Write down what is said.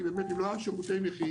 כי באמת אם לא היו שירותי נכים